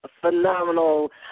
Phenomenal